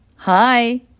Hi